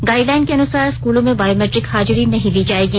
guideline के अनुसार स्कूलों में बायोमैट्रिक हाजरी नहीं ली जायेगी